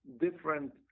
different